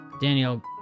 Daniel